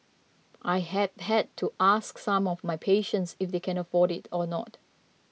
I have had to ask some of my patients if they can afford it or not